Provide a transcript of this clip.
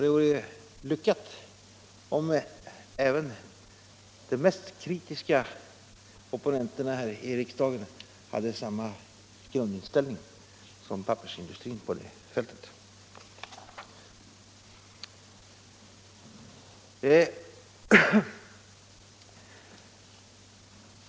Det vore lyckat om även de mest kritiska opponenterna här i riksdagen hade samma grundinställning som pappersindustrins företrädare på det fältet.